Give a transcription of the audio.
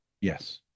yes